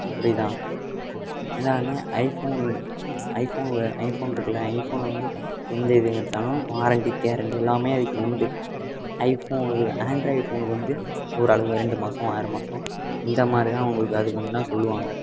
புரியுதா என்ன ஒன்று ஐஃபோன் ஐஃபோன் ஐஃபோன் இருக்குல்லே ஐஃபோனில் வந்து எந்த இது கிடச்சாலும் வாரண்டி கேரண்டி எல்லாமே அதுக்கு உண்டு ஐஃபோன் ஆண்ட்ராய்டு ஃபோனுக்கு வந்து ஒரளவு ரெண்டு மாதம் ஆறுமாதம் இந்தமாதிரி தான் அவங்களுக்கு அதுக்கு வந்து நான் சொல்லுவாங்கள்